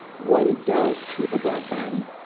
what it does to the black body,